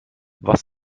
was